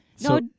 no